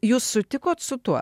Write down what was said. jūs sutikot su tuo